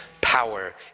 power